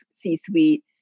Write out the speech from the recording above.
C-suite